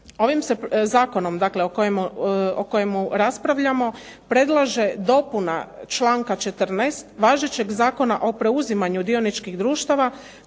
Ovim se zakonom, dakle o kojemu raspravljamo predlaže dopuna članka 14. važećeg Zakona o preuzimanju dioničkih društava